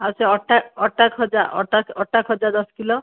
ଆଉ ସେ ଅଟା ଅଟା ଖଜା ଅଟା ଅଟା ଖଜା ଦଶ କିଲୋ